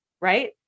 Right